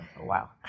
wow